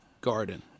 garden